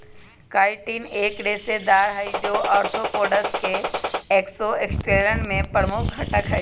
chitin एक रेशेदार हई, जो आर्थ्रोपोड्स के एक्सोस्केलेटन में प्रमुख घटक हई